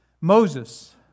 Moses